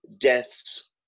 deaths